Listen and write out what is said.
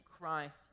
Christ